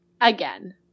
again